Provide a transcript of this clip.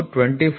950 millimetre